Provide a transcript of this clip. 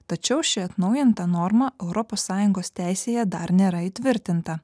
tačiau ši atnaujinta norma europos sąjungos teisėje dar nėra įtvirtinta